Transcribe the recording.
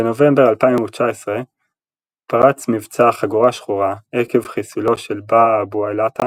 בנובמבר 2019 פרץ מבצע חגורה שחורה עקב חיסולו של בהאא אבו אל-עטא